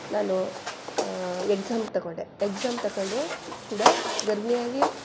ನಾನು ಎಕ್ಸಾಮ್ ತಗೊಂಡೆ ಎಕ್ಸಾಮ್ ತಗೊಂಡು ಕೂಡ ಗರ್ಭಿಣಿಯಾಗಿ